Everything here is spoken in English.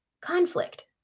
conflict